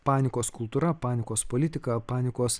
panikos kultūra panikos politika panikos